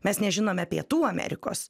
mes nežinome pietų amerikos